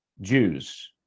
Jews